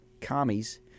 commies